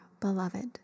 beloved